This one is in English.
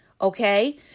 okay